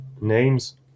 names